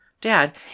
Dad